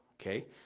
okay